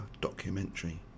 documentary